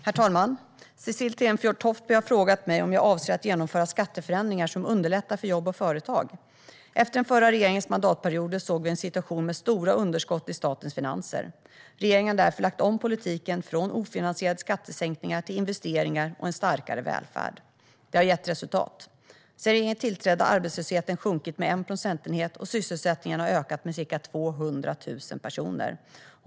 Herr talman! Cecile Tenfjord-Toftby har frågat mig om jag avser att genomföra skatteförändringar som underlättar för jobb och företag. Efter den förra regeringens mandatperioder såg vi en situation med stora underskott i statens finanser. Regeringen har därför lagt om politiken från ofinansierade skattesänkningar till investeringar och en starkare välfärd. Det har gett resultat. Sedan regeringen tillträdde har arbetslösheten sjunkit med 1 procentenhet, och sysselsättningen har ökat med ca 200 000 personer.